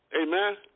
Amen